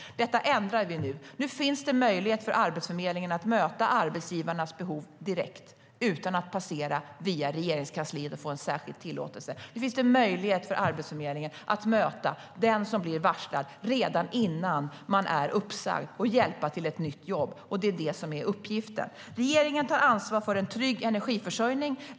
Detta ändrar vi nu. Nu finns det möjlighet för Arbetsförmedlingen att möta arbetsgivarnas behov direkt, utan att passera via Regeringskansliet och få en särskild tillåtelse. Nu finns det möjlighet för Arbetsförmedlingen att möta den som blir varslad redan innan man är uppsagd och hjälpa till ett nytt jobb. Det är det som är uppgiften. Regeringen tar ansvar för en trygg energiförsörjning.